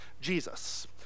Jesus